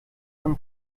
von